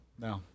No